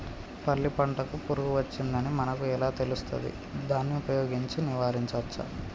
పల్లి పంటకు పురుగు వచ్చిందని మనకు ఎలా తెలుస్తది దాన్ని ఉపయోగించి నివారించవచ్చా?